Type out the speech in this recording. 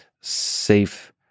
safe